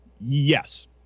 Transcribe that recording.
Yes